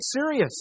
serious